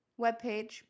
webpage